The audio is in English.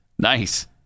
Nice